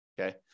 okay